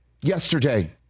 yesterday